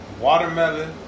watermelon